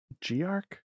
G-Arc